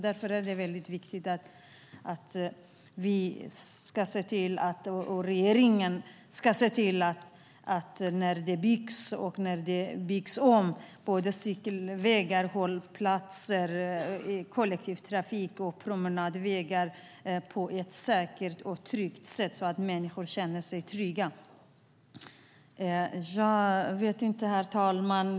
Därför är det väldigt viktigt att regeringen ser till att cykelvägar, hållplatser, kollektivtrafik och promenadvägar byggs och byggs om på ett säkert och tryggt sätt så att människor känner sig trygga. Herr talman!